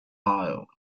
isles